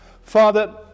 Father